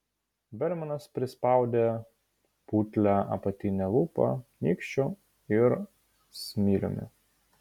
belmanas prispaudė putlią apatinę lūpą nykščiu ir smiliumi